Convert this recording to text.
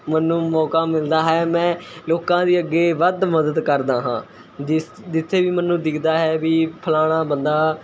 ਮੈਨੂੰ ਮੌਕਾ ਮਿਲਦਾ ਹੈ ਮੈਂ ਲੋਕਾਂ ਦੇ ਅੱਗੇ ਵੱਧ ਮਦਦ ਕਰਦਾ ਹਾਂ ਜਿਸ ਜਿੱਥੇ ਵੀ ਮੈਨੂੰ ਦਿੱਖਦਾ ਹੈ ਵੀ ਫ਼ਲਾਣਾ ਬੰਦਾ